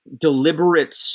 deliberate